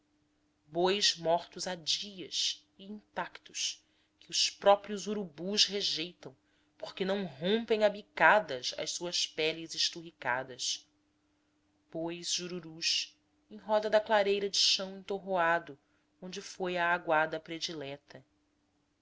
bois mortos há dias e intactos que os próprios urubus rejeitam porque não rompem a bicadas as suas peles esturradas bois jururus em roda da clareira de chão entorroado onde foi a aguada predileta